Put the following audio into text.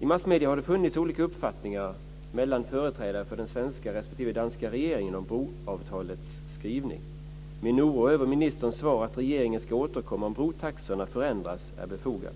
I massmedierna har det funnits olika uppfattningar mellan företrädarna för den svenska respektive den danska regeringen om broavtalets skrivning. Min oro över ministerns svar att regeringen ska återkomma om brotaxorna förändras är befogad.